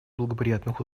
благоприятных